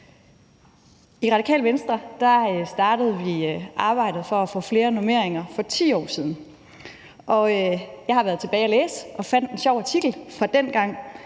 I Radikale Venstre startede vi arbejdet for at få flere normeringer for 10 år siden, og jeg har været tilbage og læse og fandt en sjov artikel fra dengang,